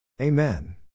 Amen